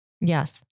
Yes